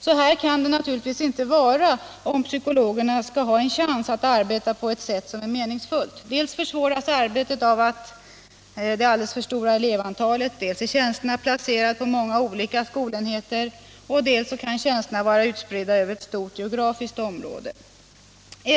Så här kan det naturligtvis inte vara om psykologerna skall ha en chans att arbeta på ett sätt som är meningsfullt. Dels försvåras arbetet av det alldeles för stora elevantalet, dels är tjänsterna placerade på många olika skolenheter och dels kan tjänsterna vara utspridda över ett stort geografiskt område.